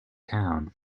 town